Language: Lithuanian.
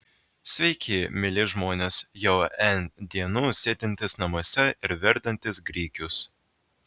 sveiki mieli žmonės jau n dienų sėdintys namuose ir verdantys grikius